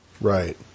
right